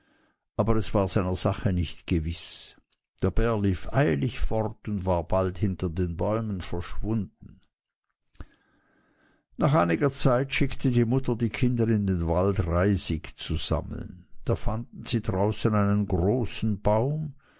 aber es war seiner sache nicht gewiß der bär lief eilig fort und war bald hinter den bäumen verschwunden nach einiger zeit schickte die mutter die kinder in den wald reisig zu sammeln da fanden sie draußen einen großen baum